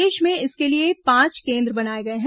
प्रदेश में इसके लिए पांच केन्द्र बनाए गए हैं